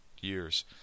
years